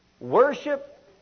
worship